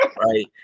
right